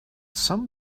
some